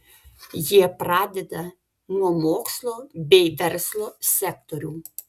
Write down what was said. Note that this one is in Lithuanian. jie pradeda nuo mokslo bei verslo sektorių